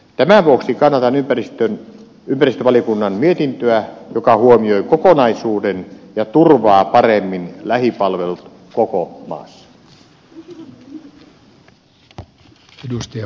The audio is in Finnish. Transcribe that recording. tämän vuoksi kannatan ympäristövaliokunnan mietintöä joka huomioi kokonaisuuden ja turvaa paremmin lähipalvelut koko maassa